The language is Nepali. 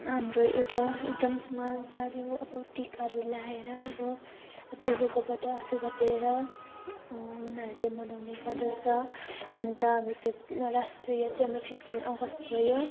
हाम्रो एउटा एकदम महान चाड यो अब टिकाहरू लगाएर अब ठुलोकोबाट आशीर्वाद लिएर उनीहरूले मनाउने गर्दछ अन्त हाम्रो फिफ राष्ट्रिय चाहिँ हाम्रो फिफ्टिन अगस्त भयो